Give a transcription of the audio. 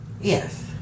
Yes